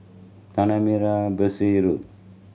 Tanah Merah Besar Road